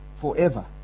forever